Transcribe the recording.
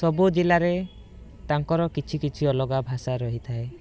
ସବୁ ଜିଲ୍ଲାରେ ତାଙ୍କର କିଛି କିଛି ଅଲଗା ଭାଷା ରହିଥାଏ